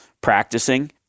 practicing